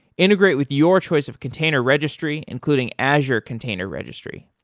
integrate with your choice of container registry, including azure container registry.